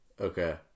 okay